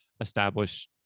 establish